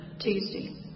Tuesday